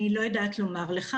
אני לא יודעת לומר לך.